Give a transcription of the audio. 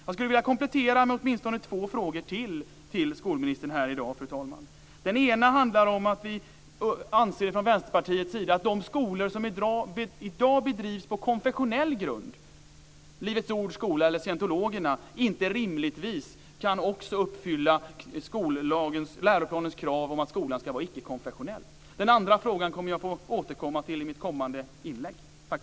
Jag skulle vilja komplettera med åtminstone två ytterligare frågor till skolministern, fru talman. Den ena handlar om att vi från Vänsterpartiets sida anser att de skolor som i dag bedrivs på konfessionell grund, t.ex. Livets ords och scientologernas skolor, inte rimligtvis kan uppfylla läroplanens krav om att skolan ska vara icke-konfessionell. Den andra frågan får jag återkomma till i mitt kommande inlägg.